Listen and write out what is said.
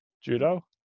Judo